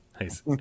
nice